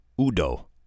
Udo